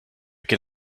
can